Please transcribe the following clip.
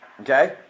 Okay